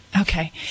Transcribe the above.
Okay